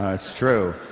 ah it's true